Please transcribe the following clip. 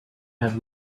have